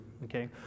okay